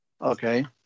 Okay